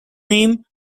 name